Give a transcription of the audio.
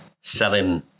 selling